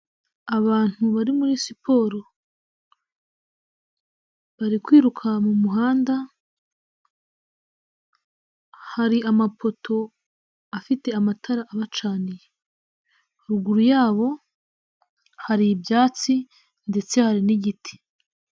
Abantu bari muri siporo, bari kwiruka mu muhanda, hari amapoto afite amatara abacaniye. Haruguru yabo, hari ibyatsi ndetse hari n'igiti.